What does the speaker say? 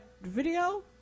video